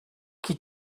qui